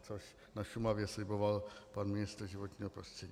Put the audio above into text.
Což na Šumavě sliboval pan ministr životního prostředí.